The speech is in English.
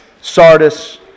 Sardis